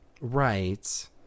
Right